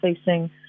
facing